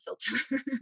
filter